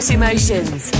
emotions